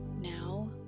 now